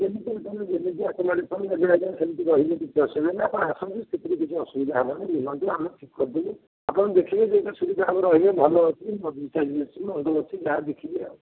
ଯେମିତି ସେମିତି ରହିବେ କିଛି ଅସୁବିଧା ନାହିଁ ଆପଣ ଆସନ୍ତୁ ସେଥିରେ କିଛି ଅସୁବିଧା ହେବନି ବୁଲନ୍ତୁ ଆମେ ଠିକ କରିଦେବୁ ଆପଣ ଦେଖିବେ ଯେଉଁଠି ସୁବିଧା ହେବ ରହିବେ ଭଲ ଅଛି ଯାହା ଦେଖିବେ ଆଉ